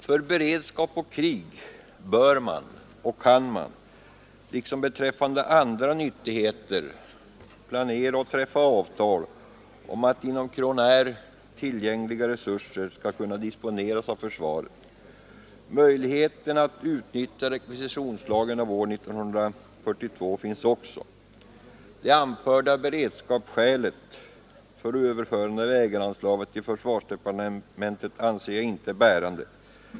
För beredskap och krig bör man och kan man, liksom beträffande andra nyttigheter, planera och träffa avtal om att inom Crownair tillgängliga resurser skall kunna disponeras av försvaret. Möjlighet att utnyttja rekvisitionslagen av år 1942 finns också. Det anförda beredskapsskälet för överförande av ägaransvaret till försvarsdepartementet anser jag inte bärande.